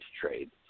trade